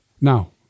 Now